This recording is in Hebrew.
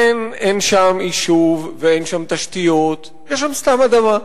אין שם יישוב ואין שם תשתיות, יש שם סתם אדמה.